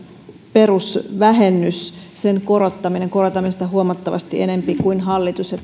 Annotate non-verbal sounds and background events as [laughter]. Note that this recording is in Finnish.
perusvähennyksen korottaminen korotamme sitä huomattavasti enempi kuin hallitus ja [unintelligible]